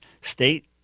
state